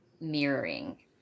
mirroring